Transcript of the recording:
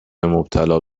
مبتلا